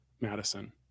Madison